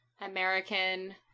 American